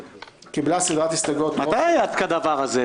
(ב)(1) קיבלה סדרת הסתייגויות -- מתי היה כדבר הזה?